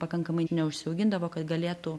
pakankamai neužsiaugindavo kad galėtų